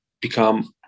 become